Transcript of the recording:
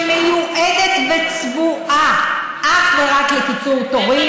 שמיועדת וצבועה אך ורק לקיצור תורים,